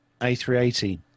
A380